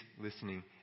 listening